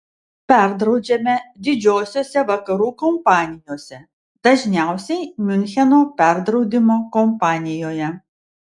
perdraudžiame didžiosiose vakarų kompanijose dažniausiai miuncheno perdraudimo kompanijoje